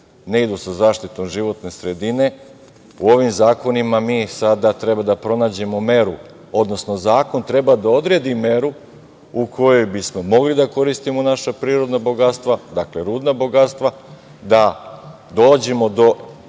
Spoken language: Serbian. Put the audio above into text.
ne idu sa zaštitom životne sredine. U ovim zakonima mi sada treba da pronađemo meru, odnosno zakon treba da odredi meru u kojoj bi smo mogli da koristimo naša prirodna bogatstva, dakle rudna bogatstva, da kasnije